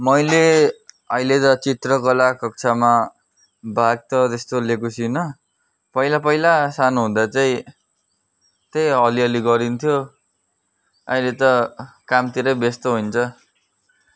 मैले अहिले त चित्रकला कक्षामा भाग त त्यस्तो लिएको छुइनँ पहिला पहिला सानो हुँदा चाहिँ त्यही अलिअलि गरिन्थ्यो अहिले त कामतिरै व्यस्त होइन्छ